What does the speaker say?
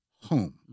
home